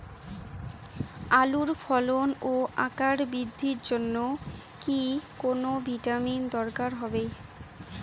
আলুর ফলন ও আকার বৃদ্ধির জন্য কি কোনো ভিটামিন দরকার হবে?